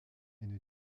une